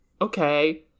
Okay